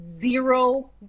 zero